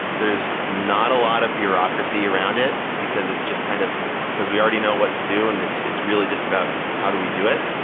there's not a lot of bureaucracy around it, because it's just kind of because we already know what to do and it's it's really just about how do we do it.